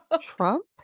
Trump